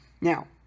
Now